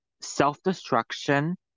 self-destruction